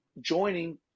joining